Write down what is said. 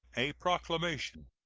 a proclamation.